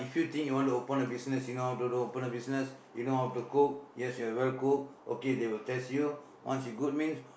if you think you want to open a business you know how to open a business you know how to cook yes you are well cook okay they will test you once you good means